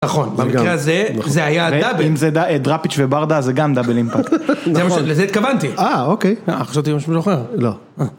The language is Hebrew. נכון במקרה הזה זה היה דאבל, אם זה דרפיץ' וברדה זה גם דאבל אימפקט, לזה התכוונתי, אה אוקיי. אהה, חשבתי משהו אחר. לא.